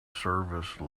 service